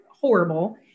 horrible